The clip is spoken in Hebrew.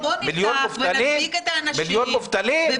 מיליון מובטלים?